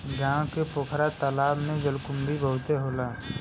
गांव के पोखरा तालाब में जलकुंभी बहुते होला